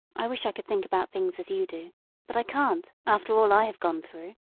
i wish i could think about things as you do but i can't, after all i have gone through.